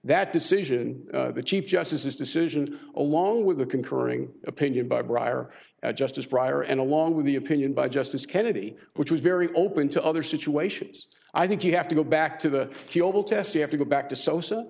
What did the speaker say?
that decision the chief justice his decision along with the concurring opinion by briar justice prior and along with the opinion by justice kennedy which was very open to other situations i think you have to go back to the oval test you have to go back to sosa